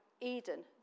Eden